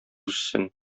үссен